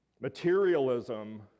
materialism